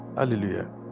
Hallelujah